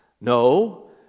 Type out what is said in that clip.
No